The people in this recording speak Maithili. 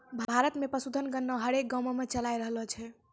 भारत मे पशुधन गणना हरेक गाँवो मे चालाय रहलो छै